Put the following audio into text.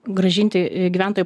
grąžinti gyventojų